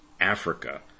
Africa